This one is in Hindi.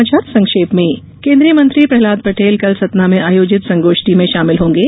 कुछ समाचार संक्षेप में केन्द्रीय मंत्री प्रहलाद पटेल कल सतना में आयोजित संगोष्ठी में शामिल होंगे